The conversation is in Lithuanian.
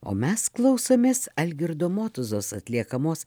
o mes klausomės algirdo motuzos atliekamos